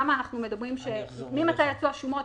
כמה אנחנו מדברים שנותנים את --- שומות,